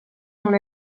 non